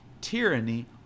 Tyranny